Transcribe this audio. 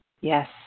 Yes